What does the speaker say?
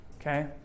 okay